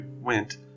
went